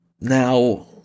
now